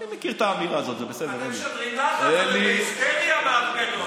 אתם בלחץ, אתם משדרים לחץ, אתם בהיסטריה מההפגנות.